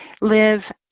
live